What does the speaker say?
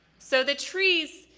so, the trees,